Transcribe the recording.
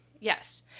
yes